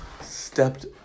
stepped